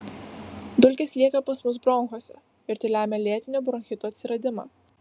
dulkės lieka pas mus bronchuose ir tai lemia lėtinio bronchito atsiradimą